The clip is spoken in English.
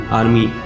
army